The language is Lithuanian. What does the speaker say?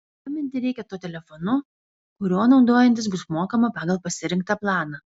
skambinti reikia tuo telefonu kuriuo naudojantis bus mokama pagal pasirinktą planą